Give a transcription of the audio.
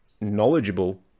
knowledgeable